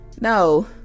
No